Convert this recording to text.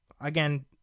Again